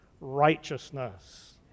righteousness